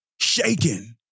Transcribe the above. Shaking